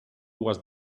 was